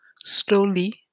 slowly